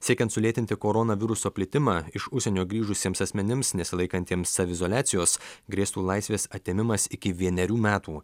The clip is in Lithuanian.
siekiant sulėtinti koronaviruso plitimą iš užsienio grįžusiems asmenims nesilaikantiems saviizoliacijos grėstų laisvės atėmimas iki vienerių metų